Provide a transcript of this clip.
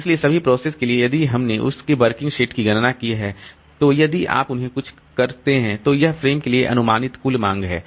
इसलिए सभी प्रोसेस के लिए यदि हमने उनके वर्किंग सेट की गणना की है तो यदि आप उन्हें कुछ करते हैं तो यह फ्रेम के लिए अनुमानित कुल मांग है